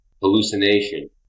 hallucination